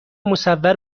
مصور